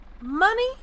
Money